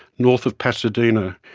north of pasadena,